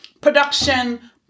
production